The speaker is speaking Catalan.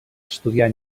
estudiar